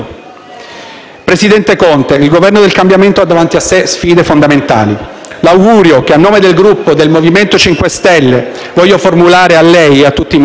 Presidente Conte, il Governo del cambiamento ha davanti a se sfide fondamentali. L'augurio che, a nome del Gruppo del MoVimento 5 Stelle, voglio formulare a lei e a tutti i Ministri